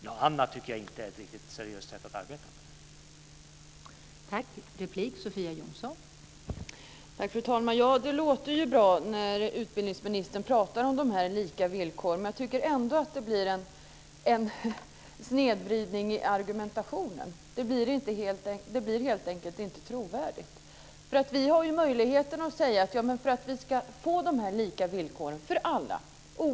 Något annat tycker jag inte är ett riktigt seriöst sätt att arbeta på.